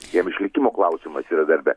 jiem išlikimo klausimas yra darbe